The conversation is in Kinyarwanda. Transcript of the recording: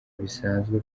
bisanzwe